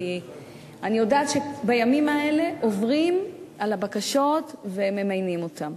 כי אני יודעת שבימים האלה עוברים על הבקשות וממיינים אותן.